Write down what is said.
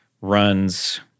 runs